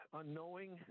unknowing